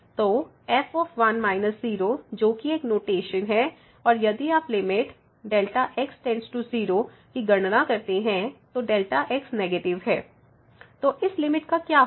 तो f जो कि एक नोटेशन है और यदि आप लिमिट Δx→0 की गणना करते हैं तो x नेगेटिव है तो इस लिमिट का क्या होगा